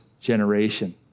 generation